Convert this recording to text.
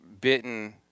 bitten –